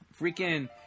Freaking